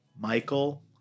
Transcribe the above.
Michael